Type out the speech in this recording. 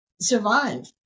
survive